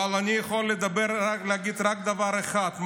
אבל אני יכול להגיד רק דבר אחד.